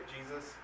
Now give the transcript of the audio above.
Jesus